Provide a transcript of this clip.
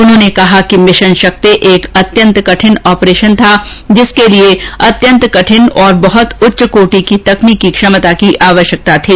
उन्होंने कहा कि मिशन शक्ति एक अत्यंत कठिन ऑपरेशन था जिसके लिए अत्यंत कठिन और बहत उच्च कोटि की तकनीकी क्षमता की जरूरत थी